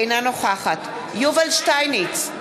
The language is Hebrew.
אינה נוכחת יובל שטייניץ,